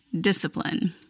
discipline